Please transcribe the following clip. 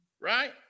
right